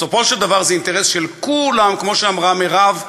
בסופו של דבר זה אינטרס של כולם, כמו שאמרה מירב,